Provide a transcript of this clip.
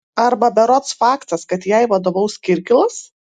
arba berods faktas kad jai vadovaus kirkilas